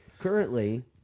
Currently